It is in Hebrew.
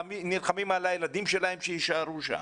נלחמים על הילדים שלהם שיישארו שם.